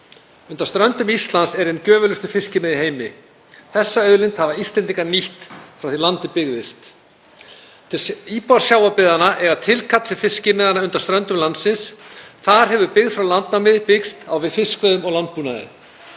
Undan ströndum Íslands eru ein gjöfulustu fiskimið í heimi. Þessa auðlind hafa Íslendingar nýtt frá því að land byggðist. Íbúar sjávarbyggðanna eiga tilkall til fiskimiðanna undan ströndum landsins. Þar hefur byggð frá landnámi byggst á fiskveiðum og landbúnaði.